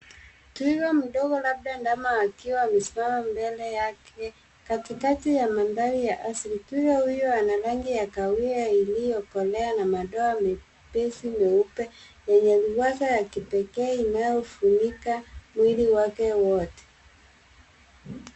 Twiga mdogo labda ndama akiwa amesimama mbele yake katikati ya mandhari ya asili. Twiga huyo ana rangi ya kahawia iliyokolea na madoa mepesi meupe yenye liwaza ya kipekee inayofunika mwili wake wote.